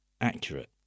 accurate